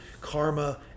karma